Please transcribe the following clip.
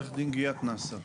עו"ד גיאת נאצר.